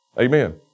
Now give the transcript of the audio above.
Amen